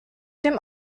dem